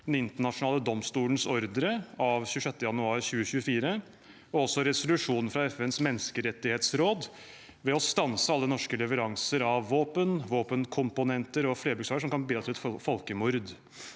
den internasjonale domstolens ordre av 26. januar 2024 og også resolusjon fra FNs menneskerettighetsråd ved å stanse alle norske leveranser av våpen, våpenkomponenter og flerbruksvarer som kan bidra til et folkemord.